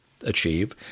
achieve